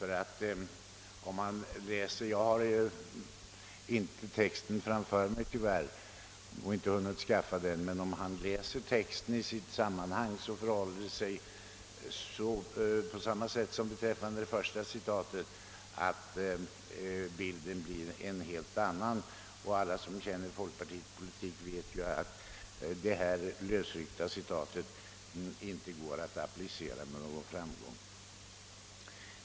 Jag har inte hunnit skaffa fram den, men om herr Carlsson läser grundtexten skall han finna att det förhåller sig på samma sätt som med det första citatet och att bilden blir en helt annan. Alla som känner folkpartiets politik vet att dessa lösryckta citat inte går att applicera med någon framgång.